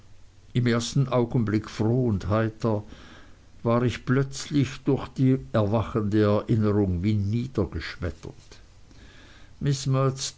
im ersten augenblick froh und heiter war ich plötzlich durch die erwachende erinnerung wie niedergeschmettert miß